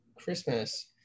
Christmas